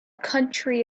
country